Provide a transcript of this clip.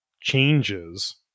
changes